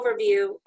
overview